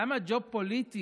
למה ג'וב פוליטי,